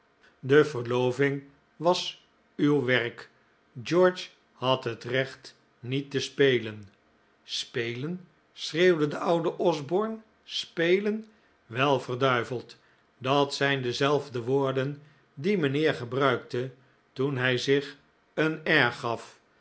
de verloving was uw werk george had het recht niet te spelen spelen schreeuwde de oude osborne spelen wei verduiveld dat zijn dezelfde woorden die mijnheer gebruikte toen hij zich een air gaf